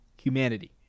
humanity